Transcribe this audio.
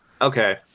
Okay